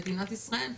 מדינת ישראל,